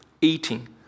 eating